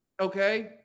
okay